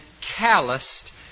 calloused